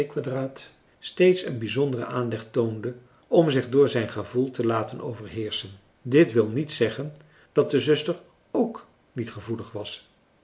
steeds een bijzonderen aanleg toonde om zich door zijn gevoel te laten overheerschen dit wil niet zeggen dat de zuster k niet gevoelig was